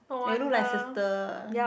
eh you look like sister